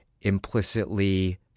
implicitly